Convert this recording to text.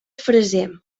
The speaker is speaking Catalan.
freser